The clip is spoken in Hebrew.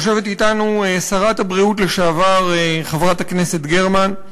יושבת אתנו שרת הבריאות לשעבר, חברת הכנסת גרמן,